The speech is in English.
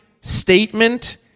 statement